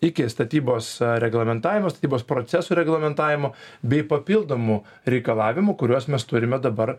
iki statybos reglamentavimo statybos procesų reglamentavimo bei papildomų reikalavimų kuriuos mes turime dabar